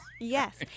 Yes